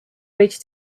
reach